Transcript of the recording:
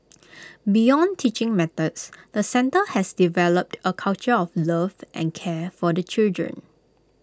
beyond teaching methods the centre has developed A culture of love and care for the children